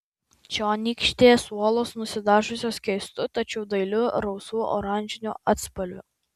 čionykštės uolos nusidažiusios keistu tačiau dailiu rausvu oranžiniu atspalviu